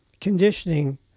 conditioning